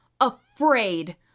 afraid